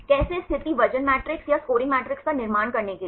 कैसे स्थिति वजन मैट्रिक्स या स्कोरिंग मैट्रिक्स का निर्माण करने के लिए